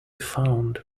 found